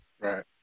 Right